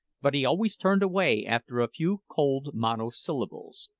but he always turned away after a few cold monosyllables.